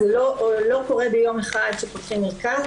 זה לא קורה ביום אחד שפותחים מרכז,